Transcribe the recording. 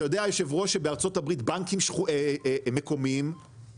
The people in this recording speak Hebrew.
בארה"ב בנקים מקומיים,